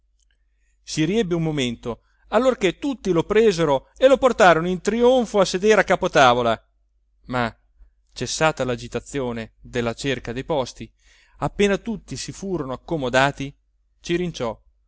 si riebbe un momento allorché tutti lo presero e lo portarono in trionfo a sedere a capo tavola ma cessata lagitazione della cerca dei posti appena tutti si furono accomodati